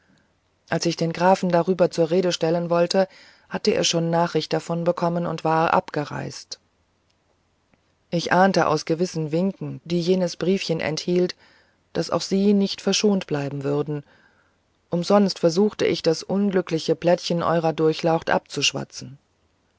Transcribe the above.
als ich den grafen darüber zur rede stellen wollte hatte er schon nachricht davon bekommen und war abgereist ich ahnte aus gewissen winken die jenes briefchen enthielt daß auch sie nicht verschont bleiben würden umsonst versuchte ich das unglückliche blättchen eurer durchlaucht abzuschwatzen